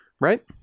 Right